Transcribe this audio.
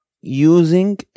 using